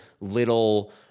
little